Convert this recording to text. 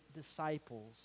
disciples